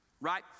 right